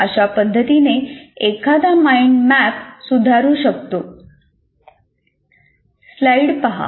अशा पद्धतीने एखादा माईंड मॅप सुधारू शकतो